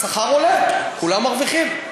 השכר עולה, כולם מרוויחים.